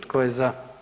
Tko je za?